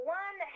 one